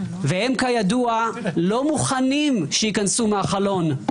והם כידוע לא מוכנים שייכנסו מהחלון.